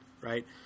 right